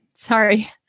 Sorry